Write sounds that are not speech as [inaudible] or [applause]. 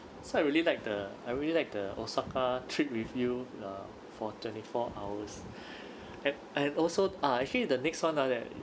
so I really like the I really like the osaka trip with you uh for twenty-four hours [breath] and and also ah actually the next [one] ah that